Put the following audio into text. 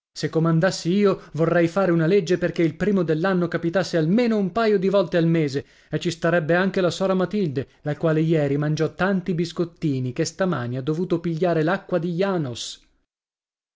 rado se comandassi io vorrei fare una legge perché il primo dell'anno capitasse almeno un paio di volte al mese e ci starebbe anche la sora matilde la quale ieri mangiò tanti biscottini che stamani ha dovuto pigliare l'acqua di janos